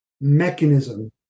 mechanism